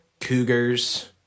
cougars